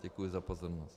Děkuji za pozornost.